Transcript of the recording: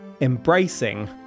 Embracing